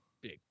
Big